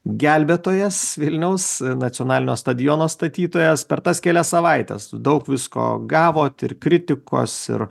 gelbėtojas vilniaus nacionalinio stadiono statytojas per tas kelias savaites daug visko gavot ir kritikos ir